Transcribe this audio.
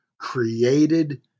created